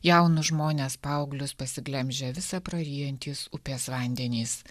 jaunus žmones paauglius pasiglemžia visą praryjantis upės vandenys